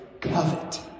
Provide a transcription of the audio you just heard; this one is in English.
covet